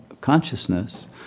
consciousness